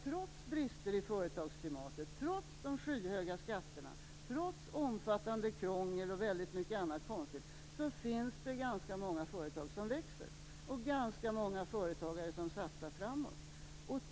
Trots brister i företagsklimatet, trots skyhöga skatter, trots omfattande krångel och väldigt mycket annat konstigt, finns det ganska många företag som växer. Det finns ganska många företagare som satsar framåt.